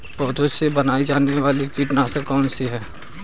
पौधों से बनाई जाने वाली कीटनाशक कौन सी है?